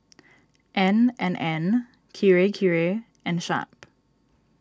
N and N Kirei Kirei and Sharp